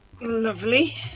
Lovely